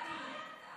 למה אתה מוריד?